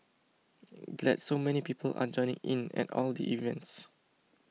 glad so many people are joining in at all the events